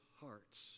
hearts